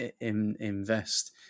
invest